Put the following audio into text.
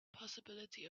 possibility